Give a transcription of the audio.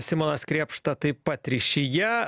simonas krėpšta taip pat ryšyje